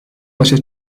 başa